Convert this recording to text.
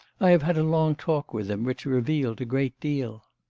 i have had a long talk with him, which revealed a great deal.